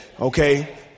Okay